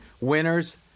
winners